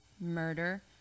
murder